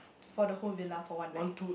for the whole villa for one night